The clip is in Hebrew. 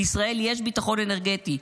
לישראל יש ביטחון אנרגטי,